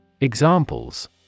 EXAMPLES